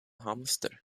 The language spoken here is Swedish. hamster